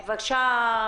בבקשה,